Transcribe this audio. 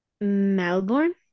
Melbourne